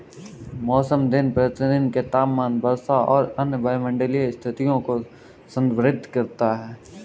मौसम दिन प्रतिदिन के तापमान, वर्षा और अन्य वायुमंडलीय स्थितियों को संदर्भित करता है